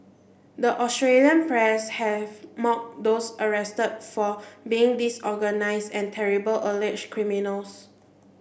the Australian press have mocked those arrested for being disorganised and terrible alleged criminals